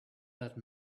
that